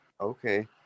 Okay